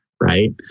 Right